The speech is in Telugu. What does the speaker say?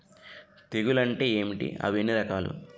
తెగులు అంటే ఏంటి అవి ఎన్ని రకాలు?